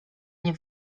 nie